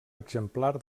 exemplar